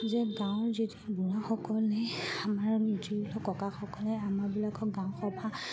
যে গাঁৱৰ যেতিয়া বুঢ়াসকলে আমাৰ যি ককাসকলে আমাৰবিলাকৰ গাঁৱৰ সভা